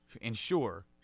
ensure